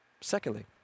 Secondly